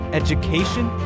education